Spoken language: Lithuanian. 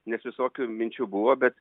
nes visokių minčių buvo bet